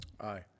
Aye